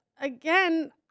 Again